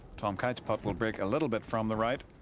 tom kite's putt will break a little bit from the right.